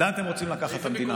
לאן אתם רוצים לקחת את המדינה הזאת.